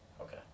Okay